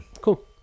cool